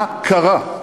מה קרה?